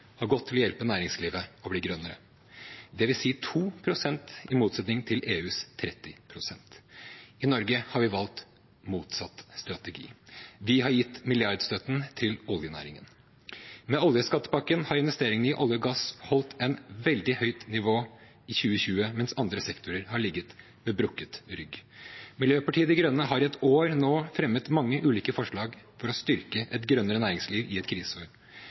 har gått til å hjelpe næringslivet med å bli grønnere, dvs. 2 pst., i motsetning til EUs 30 pst. I Norge har vi valgt motsatt strategi. Vi har gitt milliardstøtten til oljenæringen. Med oljeskattepakken har investeringene i olje og gass holdt et veldig høyt nivå i 2020, mens andre sektorer har ligget med brukket rygg. Miljøpartiet De Grønne har i et år nå fremmet mange ulike forslag for å styrke et grønnere næringsliv i et kriseår.